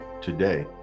Today